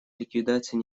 ликвидацией